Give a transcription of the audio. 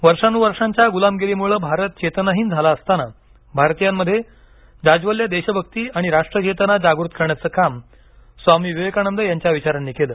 वर्षानुवर्षांच्या गुलामीगिरीमुळे भारत चेतनाहीन झाला असतानाभारतीयांमध्ये जाज्वल्य देशभक्ती आणि राष्ट्रचेतना जागृत करण्याच काम स्वामी विवेकानद यांच्या विचारांनी केलं